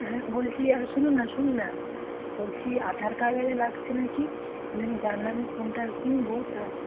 হ্যাঁ বলছি আর শুনুন না শুনুন না বলছি আধার কার্ড আরে লাগছে না কি মানে আমি যার নামে ফোনটা কিনব তার